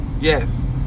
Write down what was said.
yes